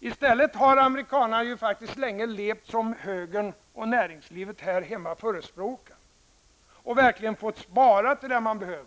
I stället har amerikanerna länge levt som högern och näringslivet här hemma förespråkar och verkligen fått spara till det man behöver: